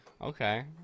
okay